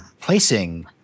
placing